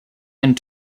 and